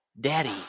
daddy